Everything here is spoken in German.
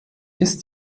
ist